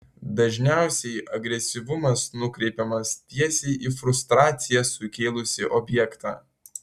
dažniausiai agresyvumas nukreipiamas tiesiai į frustraciją sukėlusį objektą